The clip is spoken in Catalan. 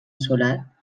solar